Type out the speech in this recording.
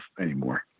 anymore